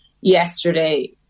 yesterday